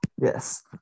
Yes